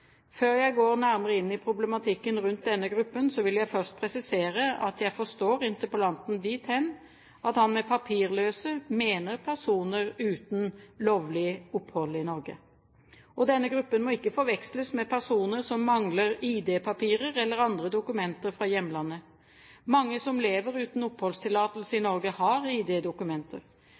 Før jeg går nærmere inn i problematikken rundt denne gruppen, vil jeg først presisere at jeg forstår interpellanten dit hen at han med «papirløse» mener personer uten lovlig opphold i Norge. Denne gruppen må ikke forveksles med personer som mangler ID-papirer eller andre dokumenter fra hjemlandet. Mange som lever uten oppholdstillatelse i Norge, har ID-dokumenter. For dem som ikke har det,